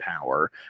power